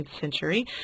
century